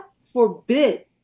forbid